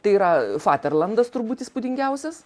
tai yra faterlandas turbūt įspūdingiausias